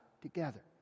together